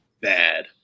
bad